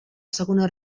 segona